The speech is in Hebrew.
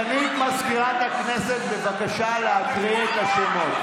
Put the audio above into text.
סגנית מזכירת הכנסת, בבקשה להקריא את השמות.